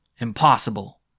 Impossible